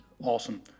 Awesome